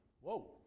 Whoa